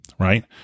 right